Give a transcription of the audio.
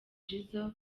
jizzo